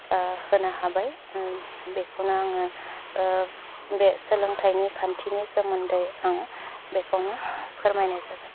होनो हाबाय बेखौनो आङो बे सोलोंथायनि खान्थिनि सोमोन्दै आं बेखौनो फोरमायनाय जाबाय